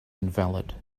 invalid